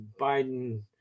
Biden